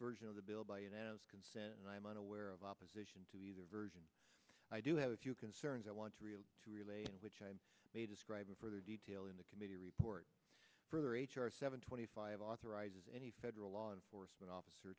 version of the bill by unanimous consent and i am unaware of opposition to either version i do have a few concerns i want to relay which i may describe in further detail in the committee report further h r seven twenty five authorizes any federal law enforcement officer